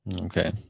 Okay